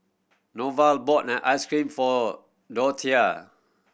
Norval bought ice cream for Dorthea